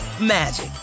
magic